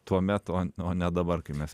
tuomet o o ne dabar kai mes